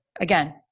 Again